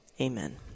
Amen